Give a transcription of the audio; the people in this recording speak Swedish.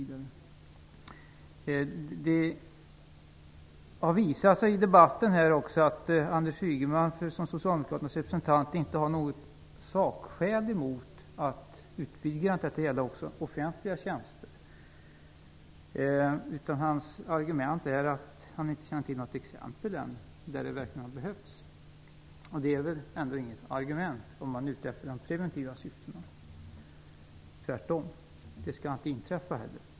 Det har också i debatten visat sig att Anders Ygeman som Socialdemokraternas representant inte har något sakskäl att anföra mot ett utvidgande av tillämpningsområdet också till offentliga tjänster. Hans argument är att han ännu inte fått reda på något exempel på att detta verkligen har behövts. Det är väl ändå inte något argument om man är ute i preventivt syfte. Man vill då tvärtom inte att något sådant skall inträffa.